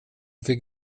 fick